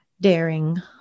daring